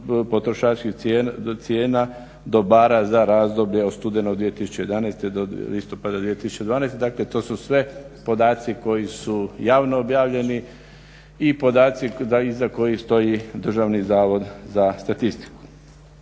potrošačkih cijena dobara za razdoblje od studenog 2011. do listopada 2012. Dakle, to su sve podaci koji su javno objavljeni i podaci iza koji stoji Državni zavod za statistiku.